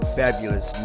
fabulous